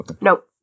Nope